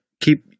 keep